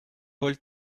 paul